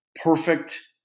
perfect